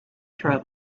through